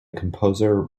composer